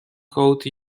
code